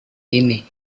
ini